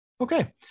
Okay